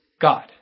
God